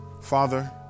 father